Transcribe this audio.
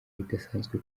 idasanzwe